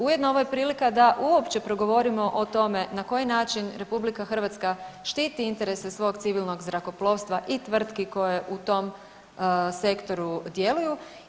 Ujedno ovo je prilika da uopće progovorimo o tome na koji način RH štiti interese svog civilnog zrakoplovstva i tvrtki koje u tom sektoru djeluju.